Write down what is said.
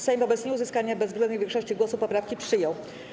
Sejm wobec nieuzyskania bezwzględnej większości głosów poprawki przyjął.